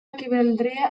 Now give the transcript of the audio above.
equivaldria